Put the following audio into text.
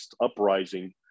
uprising